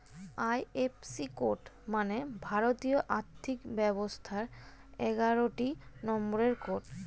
IFC code মানে ভারতীয় আর্থিক ব্যবস্থার এগারোটি নম্বরের কোড